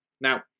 Now